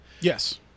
Yes